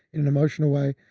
in an emotional way.